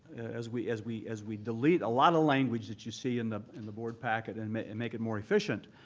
as we as we as we delete a lot of language that you see in the in the board packet and make and make it more efficient,